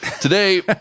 today